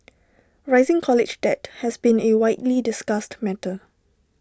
rising college debt has been A widely discussed matter